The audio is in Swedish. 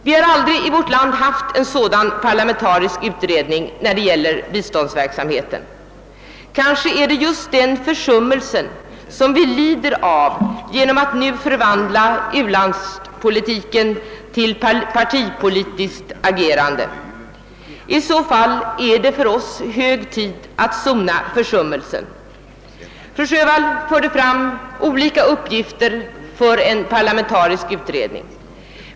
Vi har aldrig tidigare haft en sådan parlamentarisk utredning vad avser biståndsverksamheten. Kanske är det just den försummelsen som vi lider av genom att nu förvandla u-landspolitiken till partipolitiskt agerande. I så fall är det för oss hög tid att sona försummelsen. Fru Sjövall angav olika uppgifter för en parlamentarisk utredning.